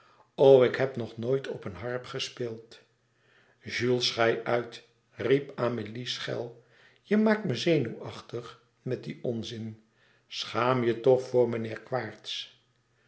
ik heb nog nooit op een harp gespeeld jules schei uit riep amélie schel je maakt me zenuwachtig met dien onzin schaam je toch voor meneer quaerts